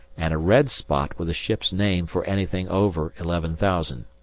and a red spot with the ship's name for anything over eleven thousand.